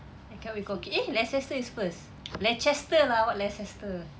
eh leicester is first leicester lah what leicester